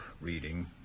reading